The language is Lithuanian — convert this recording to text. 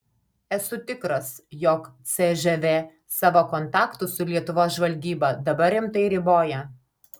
esu tikras jog cžv savo kontaktus su lietuvos žvalgyba dabar rimtai riboja